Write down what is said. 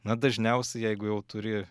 na dažniausiai jeigu jau turi